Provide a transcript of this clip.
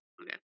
Okay